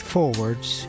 Forwards